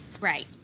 Right